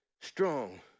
strong